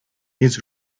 his